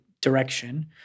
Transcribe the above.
direction